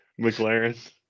McLaren